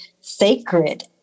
sacred